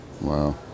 Wow